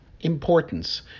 importance